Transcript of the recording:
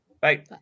Bye